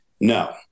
no